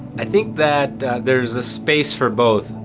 i think that there's a space for both.